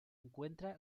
encuentra